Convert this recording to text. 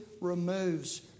removes